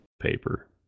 paper